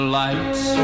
lights